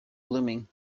blooming